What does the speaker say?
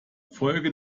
folge